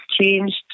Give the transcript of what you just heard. changed